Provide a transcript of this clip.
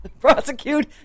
prosecute